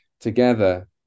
together